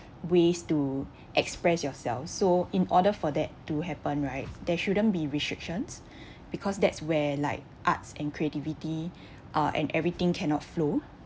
ways to express yourself so in order for that to happen right there shouldn't be restrictions because that's where like arts and creativity uh and everything cannot flow